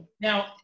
Now